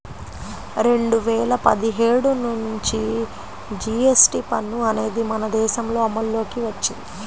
రెండు వేల పదిహేడు నుంచి జీఎస్టీ పన్ను అనేది మన దేశంలో అమల్లోకి వచ్చింది